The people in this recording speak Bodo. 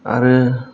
आरो